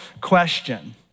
question